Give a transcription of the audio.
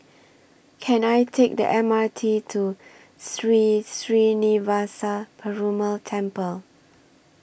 Can I Take The M R T to Sri Srinivasa Perumal Temple